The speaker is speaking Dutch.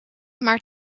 maar